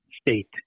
state